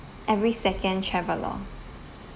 every second traveller